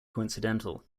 coincidental